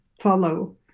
follow